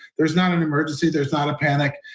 there's not an emergency there's not a panic.